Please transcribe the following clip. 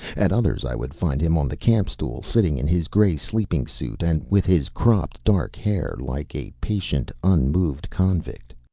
at others i would find him on the campstool, sitting in his gray sleeping suit and with his cropped dark hair like a patient, unmoved convict.